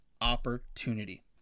Opportunity